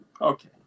Okay